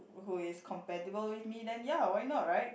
who is compatible with me then ya why not right